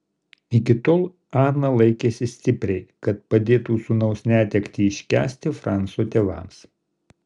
iki tol ana laikėsi stipriai kad padėtų sūnaus netektį iškęsti franco tėvams